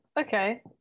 okay